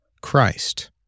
Christ